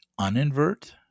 uninvert